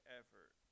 effort